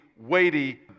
weighty